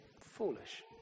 foolish